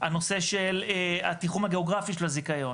הנושא של התיחום הגיאוגרפי של הזיכיון